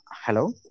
Hello